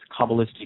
kabbalistic